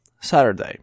Saturday